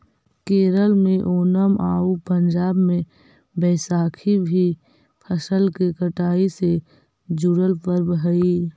केरल में ओनम आउ पंजाब में बैसाखी भी फसल के कटाई से जुड़ल पर्व हइ